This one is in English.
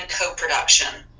co-production